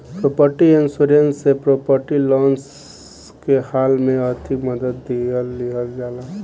property insurance से property loss के हाल में आर्थिक मदद लीहल जाला